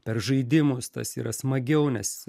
per žaidimus tas yra smagiau nes